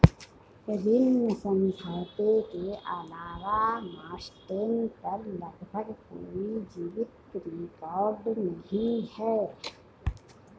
ऋण समझौते के अलावा मास्टेन पर लगभग कोई जीवित रिकॉर्ड नहीं है